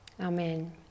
Amen